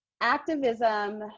activism